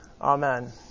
Amen